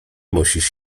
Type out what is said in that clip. musisz